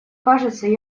кажется